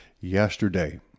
yesterday